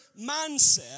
mindset